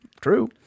true